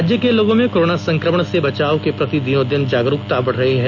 राज्य के लोगों में कोरोना संकमण से बचाव के प्रति दिनोंदिन जागरूकता बढ़ रही है